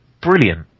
brilliant